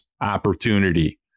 opportunity